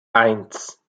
eins